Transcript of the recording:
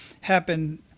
happen